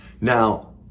Now